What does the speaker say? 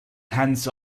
hands